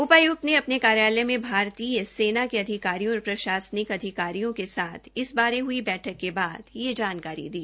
उपाय्क्त ने अपने कार्यक्रम में भारतीय सेना के अधिकारियों और प्रशासनिक अधिकारियों के साथ इस बारे हई बैठक के बाद यह जानकारी दी